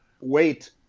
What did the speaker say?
wait